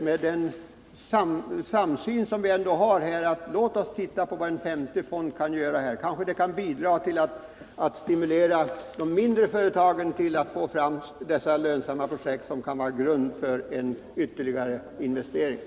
Med den samsyn som vi har: Låt oss se på vad en femte fond kan göra här! Kanske kan den bidra till att stimulera de mindre företagen till att skapa lönsamma projekt som en grund för ytterligare investeringar.